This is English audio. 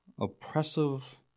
oppressive